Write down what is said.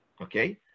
Okay